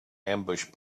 ambush